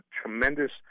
tremendous